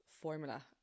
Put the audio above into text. formula